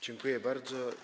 Dziękuję bardzo.